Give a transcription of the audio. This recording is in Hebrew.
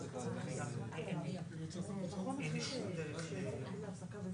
לגופו של עניין שאחד מהעיקרים של ההסדר הזה